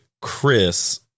chris